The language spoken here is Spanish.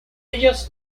ellos